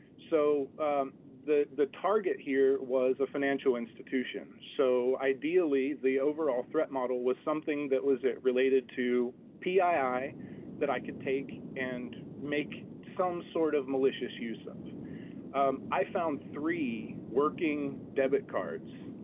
so the the target here was a financial institution. so ideally the overall threat model was something that was it related to pii that i could take and make some sort of malicious use of i found three working debit cards